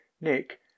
Nick